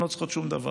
הן לא צריכות שום דבר,